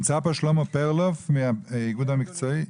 נמצא פה שלמה פרלוב מהאיגוד המקצועי?